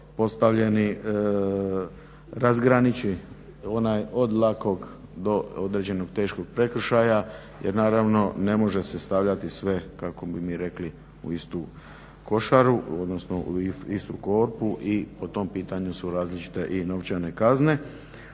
postavljeni razgraniči onaj od lakog do određenog teškog prekršaja jer naravno ne može se stavljati sve kako bi mi rekli u istu košaru odnosno u istu korpu i po tom pitanju su i različite novčane kazne.